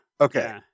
Okay